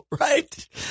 right